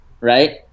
Right